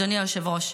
אדוני היושב-ראש.